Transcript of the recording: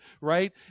right